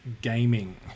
gaming